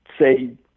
say